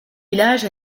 village